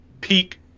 peak